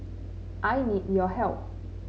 I need your help